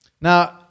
Now